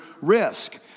risk